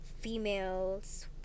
females